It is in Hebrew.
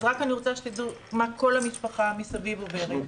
אז רק אני רוצה שתדעו מה כל המשפחה מסביב עוברת.